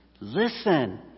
Listen